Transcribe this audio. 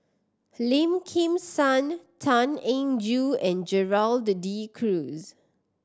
Lim Kim San Tan Eng Joo and Gerald De Cruz